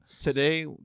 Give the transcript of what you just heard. today